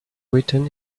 written